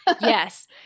Yes